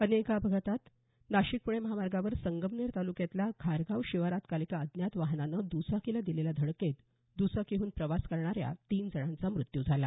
अन्य एका अपघातात नाशिक पुणे महामार्गावर संगमनेर तालुक्यातल्या घारगाव शिवारात काल एका अज्ञात वाहनानं दुचाकीला दिलेल्या धडकेत दुचाकीहून प्रवास करणाऱ्या तीन जणांचा मृत्यू झाला